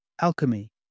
Alchemy